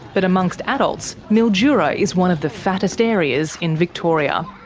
but amongst adults, mildura is one of the fattest areas in victoria.